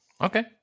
Okay